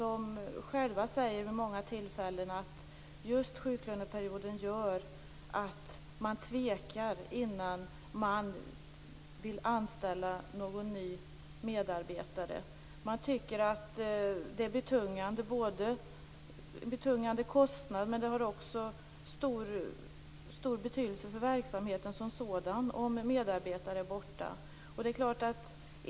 De säger själva att just sjuklöneperioden gör att de tvekar innan de vill anställa en ny medarbetare. Det är fråga om en betungande kostnad, och det har en betydelse för verksamheten som sådan om en medarbetare är borta.